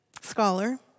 scholar